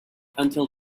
until